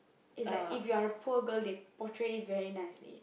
is like if you are a poor girl they portray you very nicely